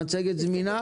המצגת זמינה?